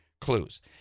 clues